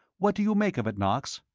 what do you make of it, knox?